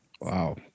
wow